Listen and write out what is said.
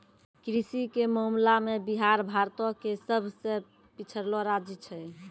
कृषि के मामला मे बिहार भारतो के सभ से पिछड़लो राज्य छै